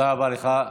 תודה רבה לך.